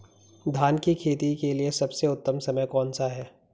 धान की खेती के लिए सबसे उत्तम समय कौनसा है?